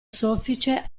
soffice